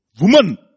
woman